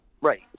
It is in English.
right